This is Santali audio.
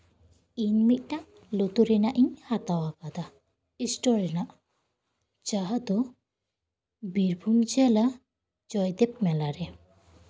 ᱤᱧ ᱢᱤᱫᱴᱟᱱ ᱞᱩᱛᱩᱨ ᱨᱮᱱᱟᱜ ᱤᱧ ᱦᱟᱛᱟᱣ ᱟᱠᱟᱫᱟ ᱮᱥᱴᱳᱱ ᱨᱮᱱᱟᱜ ᱡᱟᱦᱟᱸ ᱫᱚ ᱵᱤᱨᱵᱷᱩᱢ ᱡᱮᱞᱟ ᱡᱚᱭᱫᱮᱵᱽ ᱢᱮᱞᱟᱨᱮ